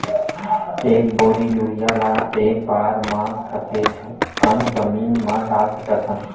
एक बोरी यूरिया ल एक बार म कते कन जमीन म डाल सकत हन?